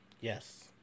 Yes